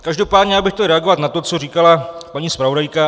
Každopádně bych chtěl reagovat na to, co říkala paní zpravodajka.